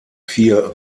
vier